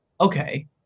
okay